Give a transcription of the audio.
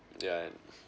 yeah and